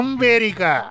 America